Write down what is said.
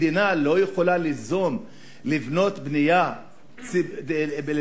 המדינה לא יכולה ליזום לבנות בנייה לגובה.